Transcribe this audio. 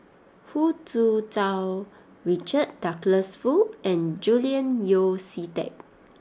Hu Tsu Tau Richard Douglas Foo and Julian Yeo See Teck